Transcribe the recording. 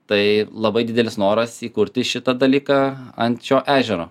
tai labai didelis noras įkurti šitą dalyką ant šio ežero